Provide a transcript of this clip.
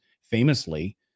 famously